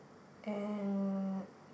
and